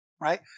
right